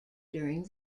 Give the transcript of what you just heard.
during